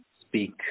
speak